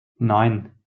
nein